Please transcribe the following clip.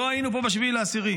לא היינו פה ב-7 באוקטובר.